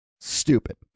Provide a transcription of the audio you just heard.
stupid